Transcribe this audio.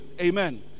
Amen